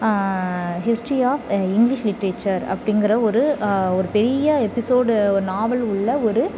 history of English literature அப்படிங்கிற ஒரு ஒரு பெரிய எபிசோட் நாவல் உள்ள ஒரு